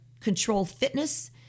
Controlfitness